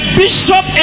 bishop